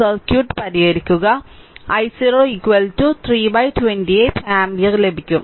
circuit പരിഹരിക്കുക i0 328 ampere ലഭിക്കും